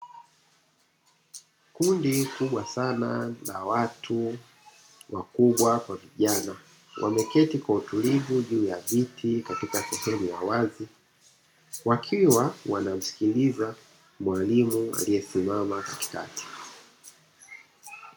Kundi kubwa sana la watu wakubwa kwa vijana wameketi kwa utulivu juu ya viti katika sehemu ya wazi, wakiwa wanamsikiliza mwalimu aliyesimama katikati.